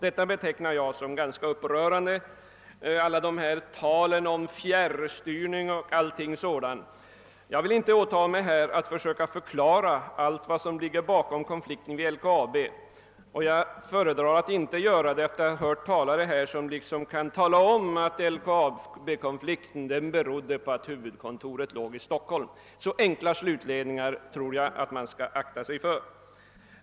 Allt tal om fjärrstyrning och sådant betecknar jag som ganska upprörande. Jag vill inte åtaga mig att försöka förklara allt vad som ligger bakom konflikten vid LKAB, och jag föredrar att inte göra det sedan jag här har hört talare säga att konflikten berodde på att huvudkontoret ligger i Stockholm. Så enkla slutledningar tror jag att man skall akta sig för.